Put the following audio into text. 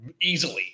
easily